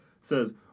says